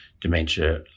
dementia